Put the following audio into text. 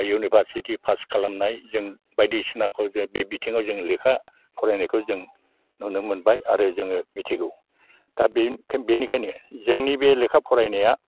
university pass खालामनाय जों बायदिसिनाखौ जों बे बिथिङाव जों लेखा फरायनायखौ जों नुनो मोनबाय आरो जोङो मिथिगौ दा बे बेनिखायनो जोंनि बे लेखा फरायनाया